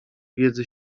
wiedzy